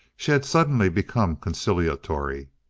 she had suddenly become conciliatory.